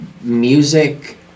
Music